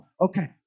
Okay